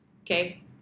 Okay